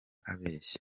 abeshya